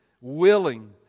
willing